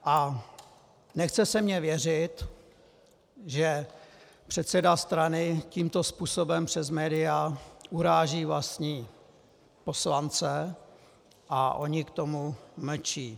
A nechce se mi věřit, že předseda strany tímto způsobem, přes média, uráží vlastní poslance a oni k tomu mlčí.